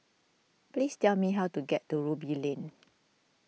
please tell me how to get to Ruby Lane